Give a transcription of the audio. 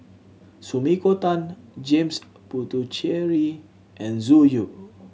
Sumiko Tan James Puthucheary and Zhu Xu